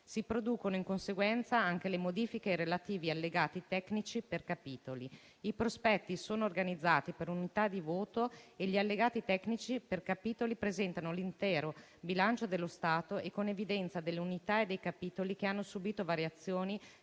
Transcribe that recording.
Si producono in conseguenza anche le modifiche ai relativi allegati tecnici per capitoli. I prospetti sono organizzati per unità di voto e gli allegati tecnici per capitoli presentano l'intero bilancio dello Stato e con evidenza dell'unità e dei capitoli che hanno subito variazioni